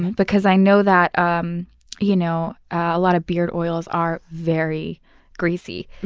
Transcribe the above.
because i know that um you know a lot of beard oils are very greasy.